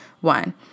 one